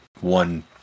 one